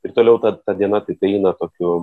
ir toliau ta ta diena taip eina tokiu